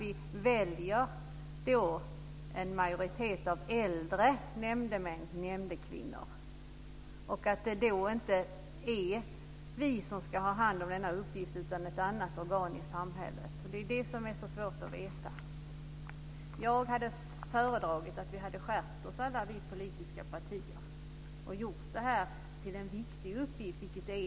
Vi väljer en majoritet av äldre män och kvinnor till nämndemän, och då är det kanske inte vi som ska ha hand om denna uppgift utan ett annat organ i samhället. Det är det som är så svårt att veta. Jag hade föredragit att vi i alla de politiska partierna hade skärpt oss och gjort det här till en viktig uppgift, vilket det är.